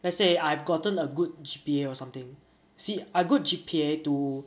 let's say I've gotten a good G_P_A or something see a good G_P_A to